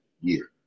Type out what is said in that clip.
year